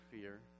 fear